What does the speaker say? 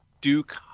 Duke